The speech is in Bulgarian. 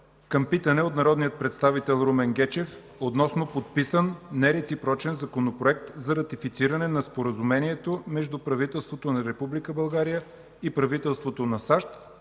към питане от народния представител Румен Гечев относно подписан нереципрочен Законопроект за ратифициране на Споразумението между правителството на Република България и правителството на САЩ